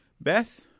Beth